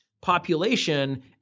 population